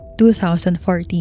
2014